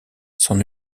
sans